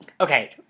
okay